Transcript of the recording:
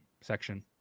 section